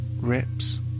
Rips